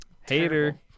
hater